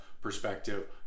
perspective